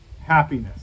happiness